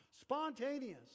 Spontaneous